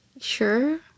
Sure